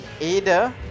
Ada